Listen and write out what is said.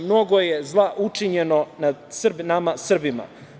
Mnogo je zla učinjeno nad Srbima.